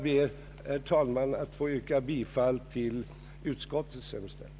Herr talman! Jag ber att få yrka bifall till utskottets hemställan.